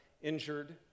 injured